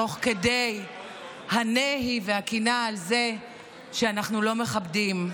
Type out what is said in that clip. תוך כדי הנהי והקינה על זה שאנחנו לא מכבדים.